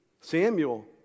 Samuel